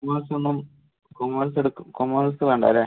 commerce ഒന്നും commerce എടുക്കും commerce വേണ്ട അല്ലേ